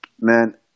man